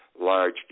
large